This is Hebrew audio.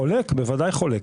חולק, בוודאי חולק.